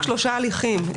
שלושה הליכים,